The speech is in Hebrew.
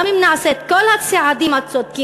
גם אם נעשה את כל הצעדים הצודקים